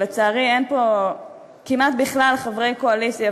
ולצערי אין פה כמעט בכלל חברי קואליציה,